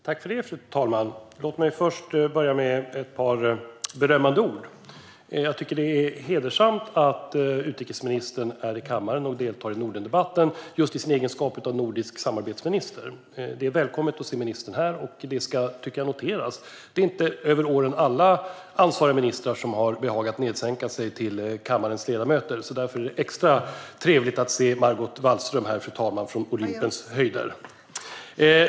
Fru talman! Låt mig börja med ett par berömmande ord. Jag tycker att det är hedersamt att utrikesministern är i kammaren och deltar i Nordendebatten i sin egenskap av nordisk samarbetsminister. Det är välkommet att se ministern här. Det tycker jag ska noteras. Det har inte under årens lopp varit alla ansvariga ministrar som har behagat nedsänka sig till kammarens ledamöter. Därför är det extra trevligt att se Margot Wallström komma hit från Olympens höjder.